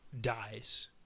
dies